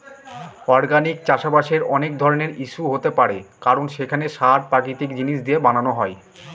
organic চাষবাসের অনেক ধরনের ইস্যু হতে পারে কারণ সেখানে সার প্রাকৃতিক জিনিস দিয়ে বানানো হয়